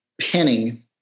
Pinning